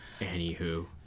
Anywho